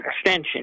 extension